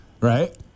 Right